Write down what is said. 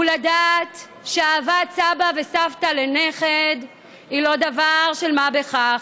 הוא לדעת שאהבת סבא וסבתא לנכד היא לא דבר של מה בכך,